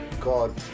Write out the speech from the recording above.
God